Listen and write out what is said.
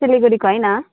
सिलगढीको होइन